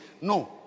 No